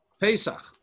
Pesach